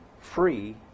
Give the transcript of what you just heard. free